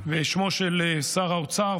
בשמו של שר האוצר,